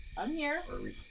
i'm here. or